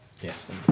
Yes